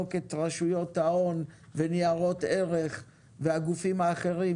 נבדוק את רשויות ההון וניירות ערך והגופים האחרים,